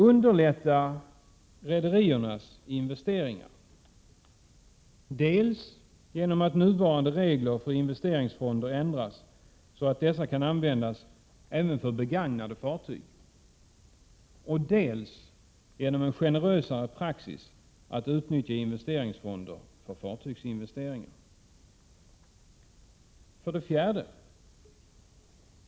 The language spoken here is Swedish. Underlätta rederiernas investeringar, dels genom att nuvarande regler för investeringsfonder ändras så att dessa kan användas även för begagnade fartyg, dels genom en generösare praxis när det gäller att utnyttja investeringsfonder för fartygsinvesteringar! 4.